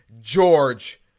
George